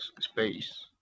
Space